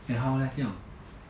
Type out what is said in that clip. then how leh 这样